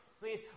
Please